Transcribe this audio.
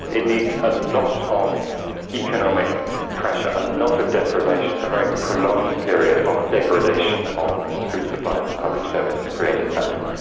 it needs a lot of economic pressure, a lot of deprivation, a very prolonged period of degradation of food supplies and public service to create a